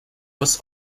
was